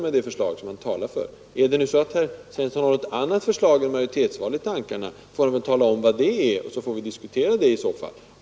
Är det så att herr Svensson har något annat än majoritetsval i tankarna, tala i så fall om vad det är för valsystem, så får vi diskutera det!